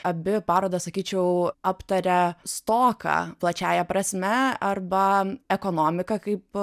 abi parodos sakyčiau aptaria stoką plačiąja prasme arba ekonomiką kaip